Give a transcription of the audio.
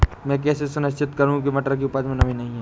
मैं कैसे सुनिश्चित करूँ की मटर की उपज में नमी नहीं है?